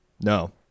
No